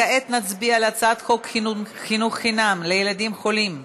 כעת נצביע על הצעת חוק חינוך חינם לילדים חולים (תיקון,